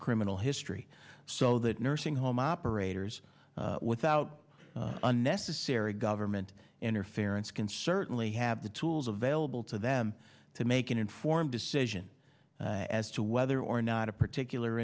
criminal history so that nursing home operators without unnecessary government interference can certainly have the tools available to them to make an informed decision as to whether or not a particular